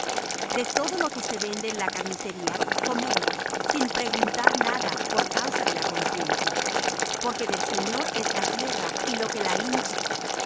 de todo lo que se vende en la carnicería comed sin preguntar nada por causa de la conciencia porque del señor es la tierra y lo que la hinche